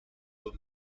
were